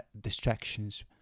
distractions